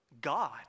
God